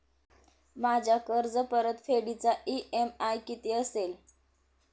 माझ्या कर्जपरतफेडीचा इ.एम.आय किती असेल?